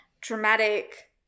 dramatic